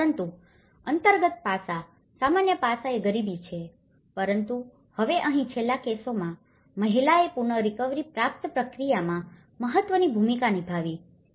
પરંતુ અંતર્ગત પાસા સામાન્ય પાસા એ ગરીબી છે પરંતુ હવે અહીં છેલ્લા કેસોમાં મહિલાએ પુનરીકવરી પ્રાપ્તિ પ્રક્રિયામાં મહત્વની ભૂમિકા નિભાવી છે